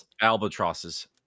albatrosses